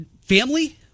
Family